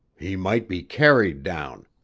he might be carried down.